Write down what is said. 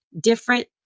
different